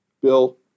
Bill